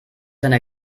seine